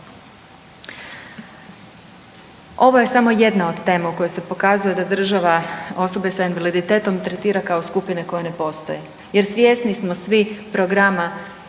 Ovo je samo jedna od tema u kojoj se pokazuje da država osobe sa invaliditetom tretirao kao skupine koje ne postoje jer svjesni smo svi programa